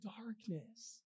darkness